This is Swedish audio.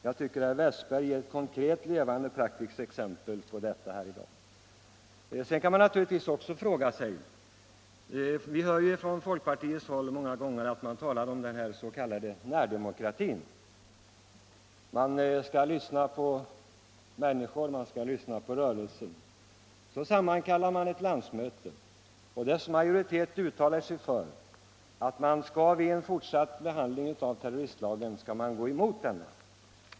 Jag tycker att herr Westberg är ett konkret och levande exempel på detta här i dag. Vi hör många gånger från folkpartiets håll att man talar om den s.k. närdemokratin. Man skall lyssna på människor och man skall lyssna på rörelsen. Så sammankallar man ett landsmöte och dess majoritet uttalar sig för att man vid en fortsatt behandling av terroristlagen skall gå emot denna.